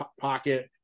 pocket